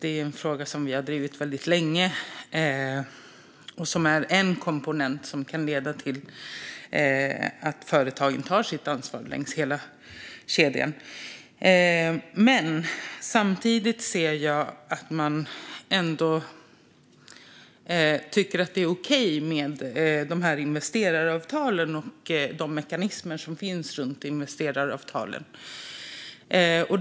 Det är en fråga som vi har drivit länge, och det är en komponent som kan leda till att företagen tar sitt ansvar längs hela kedjan. Samtidigt ser jag att man ändå tycker att det är okej med de mekanismer som finns runt investeraravtalen.